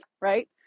right